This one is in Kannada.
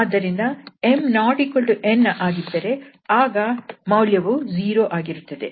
ಆದ್ದರಿಂದ 𝑚 ≠ 𝑛 ಆಗಿದ್ದರೆ ಆಗ ಮೌಲ್ಯವು 0 ಆಗಿರುತ್ತದೆ